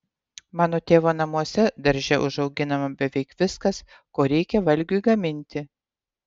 mano tėvo namuose darže užauginama beveik viskas ko reikia valgiui gaminti